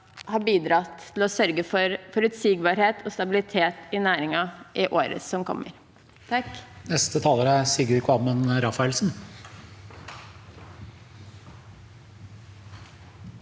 har bidratt med å sørge for forutsigbarhet og stabilitet i næringen i året som kommer.